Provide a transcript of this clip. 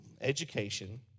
Education